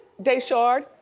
daeshard,